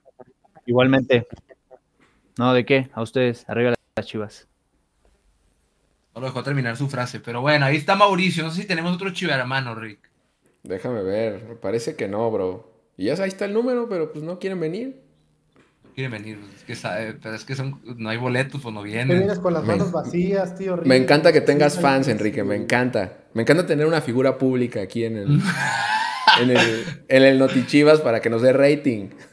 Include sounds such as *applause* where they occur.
Igualmente. No, ¿de qué? A ustedes. Arriba las Chivas. No lo dejó terminar su frase, pero bueno, ahí está Mauricio. No sé si tenemos otro chivermano, Rick. Déjame ver. Parece que no, bro. Y ya ahí está el número, pero, pues, no quieren venir. Quieren venir, es que sabe- pero es que son- no hay boletos, pues, no vienen. Vienes con las Me- manos vacías, tío, me Rick. encanta que Sí, tengas tal fans, vez, Enrique, me sí. encanta. Me encanta tener una figura pública aquí en el- *laughs* en el- en el Notichivas para que nos dé rating.